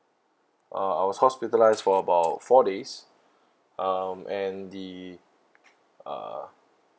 uh I was hospitalised for about four days um and the uh